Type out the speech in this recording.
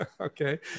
Okay